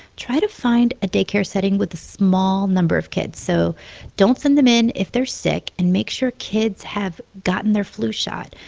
try to find a day care setting with a small number of kids. so don't send them in if they're sick, and make sure kids have gotten their flu shot.